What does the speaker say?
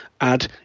add